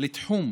לתחום